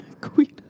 queen